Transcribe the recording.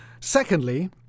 Secondly